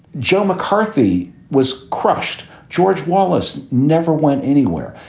joe mccarthy was crushed. george wallace never went anywhere.